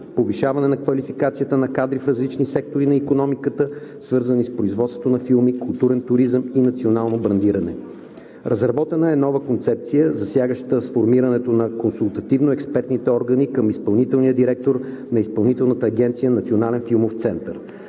повишаване на квалификацията на кадри в различни сектори на икономиката, свързани с производството на филми, културен туризъм и национално брандиране. Разработена е нова концепция, засягаща сформирането на консултативно-експертните органи към изпълнителния директор на Изпълнителната агенция „Национален филмов център“.